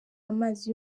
amazi